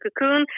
cocoon